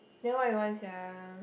then what you want sia